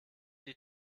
die